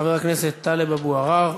חבר הכנסת טלב אבו עראר.